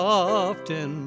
often